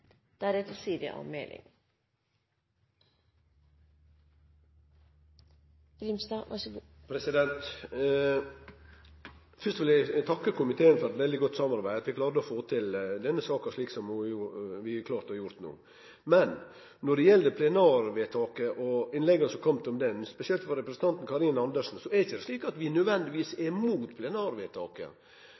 Fyrst vil eg takke komiteen for veldig godt samarbeid, at vi greidde å få til denne saka slik vi gjorde. Når det gjeld plenarvedtaket og innlegga som er komne om det, spesielt frå Karin Andersen, er det ikkje slik at vi nødvendigvis er imot plenarvedtaket.